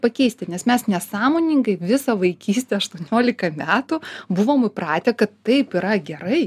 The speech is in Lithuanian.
pakeisti nes mes nesąmoningai visą vaikystę aštuoniolika metų buvome įpratę kad taip yra gerai